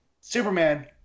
Superman